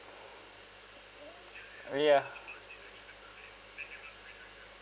uh ya